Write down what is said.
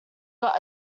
got